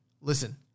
Listen